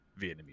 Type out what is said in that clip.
Vietnamese